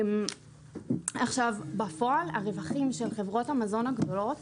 עכשיו בפועל הרווחים של חברות המזון הגדולות